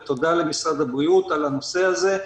ותודה למשרד הבריאות בנושא הזה.